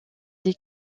des